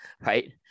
right